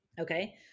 okay